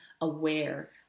aware